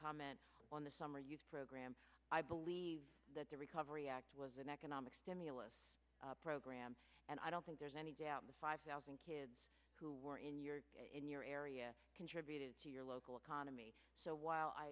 comment on the summer youth program i believe that the recovery act was an economic stimulus program and i don't think there's any doubt the five thousand kids who were in your in your area contributed to your local economy so while i